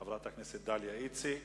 חברת הכנסת דליה איציק.